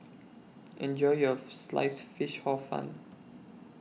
Enjoy your Sliced Fish Hor Fun